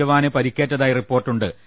F ജവാന് പരിക്കേറ്റതായി റിപ്പോർട്ടുണ്ട്